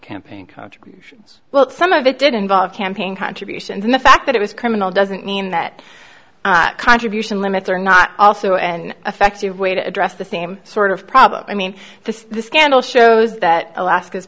campaign contributions well some of it did involve campaign contributions and the fact that it was criminal doesn't mean that contribution limits are not also an effective way to address the same sort of problem i mean this scandal shows that alaska's